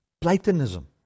Platonism